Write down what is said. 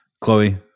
Chloe